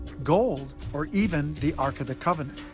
gold, or even the ark the covenant.